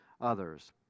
others